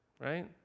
right